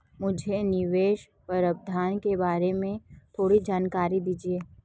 मुझे निवेश प्रबंधन के बारे में थोड़ी जानकारी दीजिए